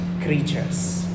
creatures